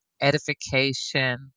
edification